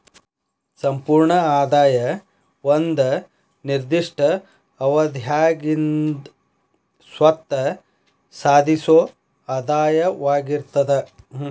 ಸಂಪೂರ್ಣ ಆದಾಯ ಒಂದ ನಿರ್ದಿಷ್ಟ ಅವಧ್ಯಾಗಿಂದ್ ಸ್ವತ್ತ ಸಾಧಿಸೊ ಆದಾಯವಾಗಿರ್ತದ